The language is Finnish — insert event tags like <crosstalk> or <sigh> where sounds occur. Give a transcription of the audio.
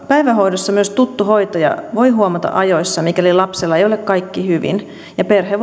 päivähoidossa myös tuttu hoitaja voi huomata ajoissa mikäli lapsella ei ole kaikki hyvin ja perhe <unintelligible>